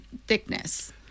thickness